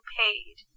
paid